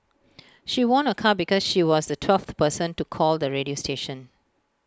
she won A car because she was the twelfth person to call the radio station